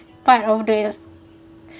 part of this